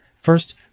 First